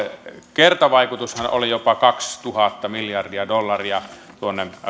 kertavaikutushan oli jopa kaksituhatta miljardia dollaria tuonne